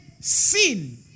sin